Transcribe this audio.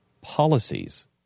policies